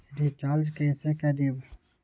Recharge कैसे करीब?